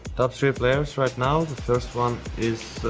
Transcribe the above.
top three players right now, first one is